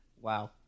Wow